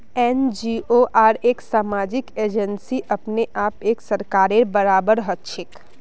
NGO आर सामाजिक agency अपने आप एक सरकारेर बराबर हछेक